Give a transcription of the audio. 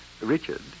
Richard